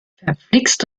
verflixt